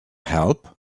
help